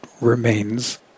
remains